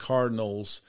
Cardinals